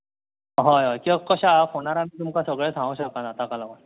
हय अय कित्याक कशें आहा फोनार आमी तुमकां सगळें सांगूंक शकना ताका लागून